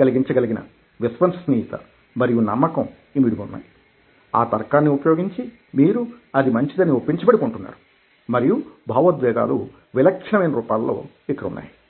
కలిగించగలిగిన విశ్వసనీయత మరియు నమ్మకం ఇమిడి ఉన్నాయి ఆ తర్కాన్ని ఉపయోగించి మీరు అది మంచిదని ఒప్పించ బడి కొంటున్నారు మరియు భావోద్వేగాలు విలక్షణమైన రూపాల్లో ఉన్నాయి